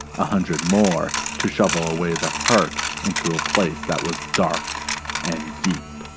a hundred more, to shovel away the hurt into a place that was dark and deep.